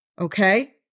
Okay